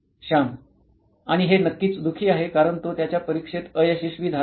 श्याम आणि हे नक्कीच दुखी आहे कारण तो त्याच्या परीक्षेत अयशस्वी झाला आहे